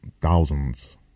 thousands